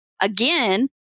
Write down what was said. again